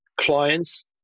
clients